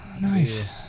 Nice